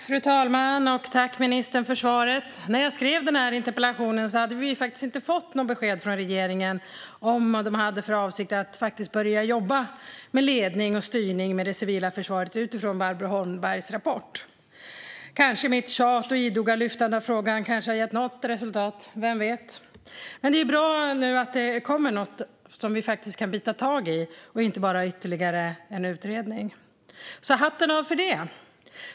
Fru talman! Jag tackar ministern för svaret. När jag skrev interpellationen hade vi faktiskt inte fått något besked från regeringen om man hade för avsikt att börja jobba med ledning och styrning med det civila försvaret med utgångspunkt i Barbro Holmbergs rapport. Kanske mitt tjat och idoga lyftande av frågan har gett något resultat. Vem vet? Men det är bra att det nu kommer något som vi faktiskt kan bita tag i och inte bara ytterligare en utredning. Hatten av för det!